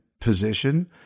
position